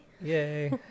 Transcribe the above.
yay